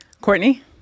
Courtney